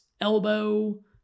elbow